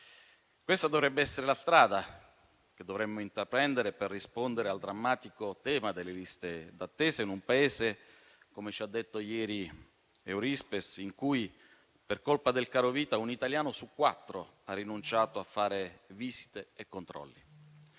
Questa è la strada che dovremmo intraprendere per rispondere al drammatico tema delle liste d'attesa in un Paese in cui, come ci ha detto ieri Eurispes, per colpa del carovita, un italiano su quattro ha rinunciato a fare visite e controlli.